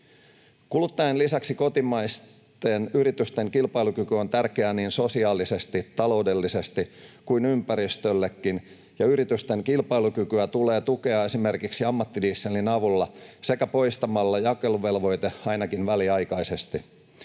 Kuluttajien lisäksi kotimaisten yritysten kilpailukyky on tärkeää niin sosiaalisesti, taloudellisesti kuin ympäristöllekin, ja yritysten kilpailukykyä tulee tukea esimerkiksi ammattidieselin avulla sekä poistamalla jakeluvelvoite ainakin väliaikaisesti.